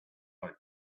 like